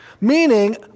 Meaning